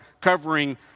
covering